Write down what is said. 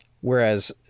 Whereas